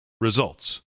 results